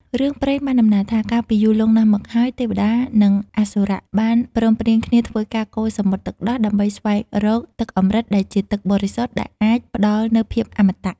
រឿងព្រេងបានតំណាលថា កាលពីយូរលង់ណាស់មកហើយ ទេវតា និងអសុរៈបានព្រមព្រៀងគ្នាធ្វើការកូរសមុទ្រទឹកដោះដើម្បីស្វែងរក ទឹកអម្រឹត ដែលជាទឹកបរិសុទ្ធដែលអាចផ្ដល់នូវភាពអមត។